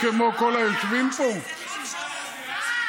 כבוד היושב-ראש,